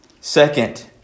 Second